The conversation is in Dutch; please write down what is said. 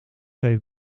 heeft